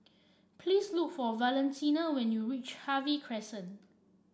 please look for Valentina when you reach Harvey Crescent